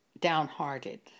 downhearted